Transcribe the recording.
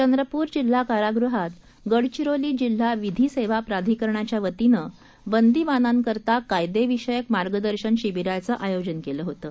चंद्रपूर जिल्हा कारागृहात गडचिरोली जिल्हा विधी सेवा प्राधिकरणाच्या वतीनं बंदिवानांकरता कायदेविषयक मार्गदर्शन शिबीराचं आयोजन केलं होतं